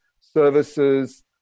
services